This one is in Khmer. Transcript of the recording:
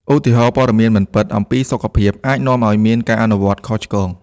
ឧទាហរណ៍ ព័ត៌មានមិនពិតអំពីសុខភាពអាចនាំឲ្យមានការអនុវត្តខុសឆ្គង។